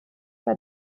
bei